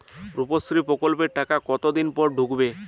রুপশ্রী প্রকল্পের টাকা কতদিন পর ঢুকবে?